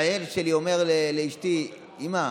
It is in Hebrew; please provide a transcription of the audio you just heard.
הילד שלי אומר לאשתי: אימא,